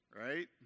Right